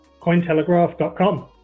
Cointelegraph.com